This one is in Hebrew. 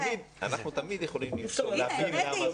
שתי האוכלוסיות האלה שדיברתי עליהן, ענפים אישיים